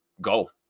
go